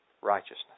righteousness